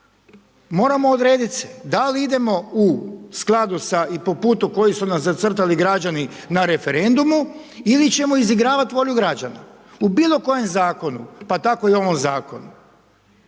moramo odrediti se da li idemo u skladu sa i po putu koji su nam zacrtali građani na referendumu ili ćemo izigravati volju građana, u bilo kojem zakonu pa tako i ovom zakonu.